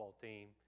team